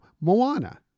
Moana